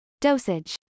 Dosage